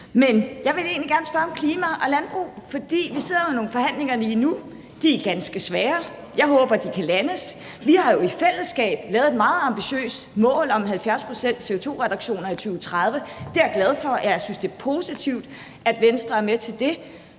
Men jeg vil egentlig gerne spørge til klimaet og landbruget. Vi sidder jo i nogle forhandlinger lige nu. De er ganske svære. Jeg håber, de kan landes. Vi har i fællesskab lavet et meget ambitiøst mål om 70-procents-CO2-reduktioner i 2030. Det er jeg glad for, og jeg synes, det er positivt, at Venstre er med til det.